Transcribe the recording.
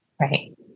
Right